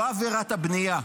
לא עבירת הבנייה,